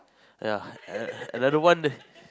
ya err another one